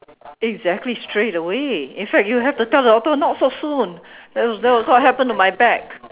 exactly straight away in fact you have to tell the doctor not so soon else that was what happened to my back